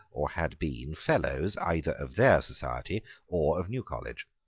or had been, fellows either of their society or of new college.